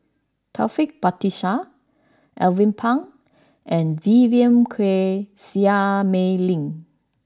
Taufik Batisah Alvin Pang and Vivien Quahe Seah Mei Lin